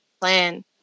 plan